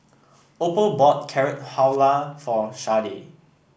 Opal bought Carrot Halwa for Sharde